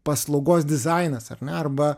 paslaugos dizainas ar ne arba